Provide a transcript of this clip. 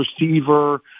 receiver